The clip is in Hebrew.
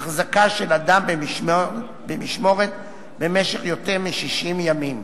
החזקה של אדם במשמורת למשך יותר מ-60 ימים.